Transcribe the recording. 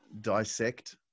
dissect